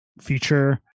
feature